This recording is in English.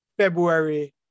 February